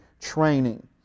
training